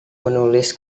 menulis